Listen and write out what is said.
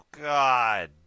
god